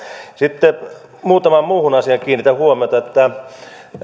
sitten muutamaan muuhun asiaan kiinnitän huomiota